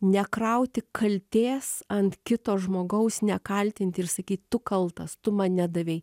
nekrauti kaltės ant kito žmogaus nekaltinti ir sakyti tu kaltas tu man nedavei